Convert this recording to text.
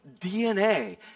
DNA